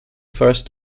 first